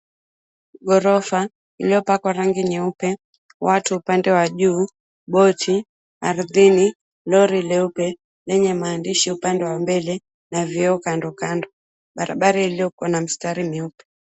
Ghorofa iliyopakwa rangi nyeupe watu upande wa juu bochi ardhini. Lori nyeupe yenye mahandishi upande wa mbele na vioo kandokando. Barabara iliyokuwa na mistari meupe.